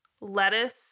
lettuce